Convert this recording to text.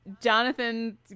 Jonathan